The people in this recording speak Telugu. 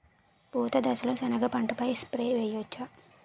పూత దశలో సెనగ పంటపై స్ప్రే చేయచ్చా?